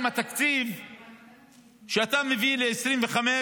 עם התקציב שאתה מביא ל-2025,